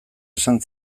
esan